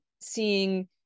seeing